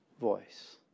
voice